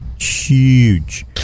huge